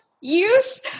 use